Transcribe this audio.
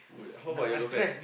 food how about your girlfriend